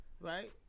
Right